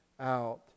out